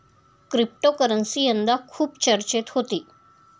cryptocurrency यंदा खूप चर्चेत होती